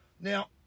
Now